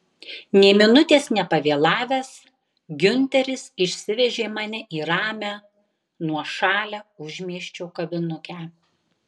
nė minutės nepavėlavęs giunteris išsivežė mane į ramią nuošalią užmiesčio kavinukę